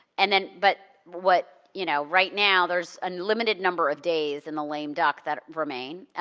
and then, but what, you know right now, there's a limited number of days in the lame duck that remain.